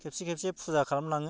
खेबसे खेबसे फुजा खालामलाङो